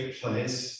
place